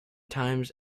times